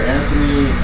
Anthony